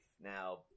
Now